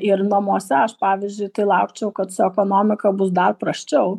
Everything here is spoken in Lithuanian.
ir namuose aš pavyzdžiui tai laukčiau kad su ekonomika bus dar prasčiau